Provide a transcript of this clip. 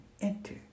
enter